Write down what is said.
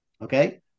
Okay